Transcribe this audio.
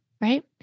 right